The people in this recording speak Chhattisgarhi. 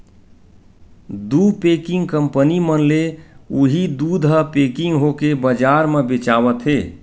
दू पेकिंग कंपनी मन ले उही दूद ह पेकिग होके बजार म बेचावत हे